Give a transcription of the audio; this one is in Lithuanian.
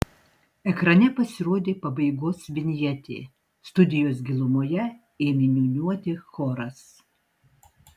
ekrane pasirodė pabaigos vinjetė studijos gilumoje ėmė niūniuoti choras